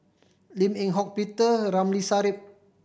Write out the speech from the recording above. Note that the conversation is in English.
Lim Eng Hock Petere Ng Ramli Sarip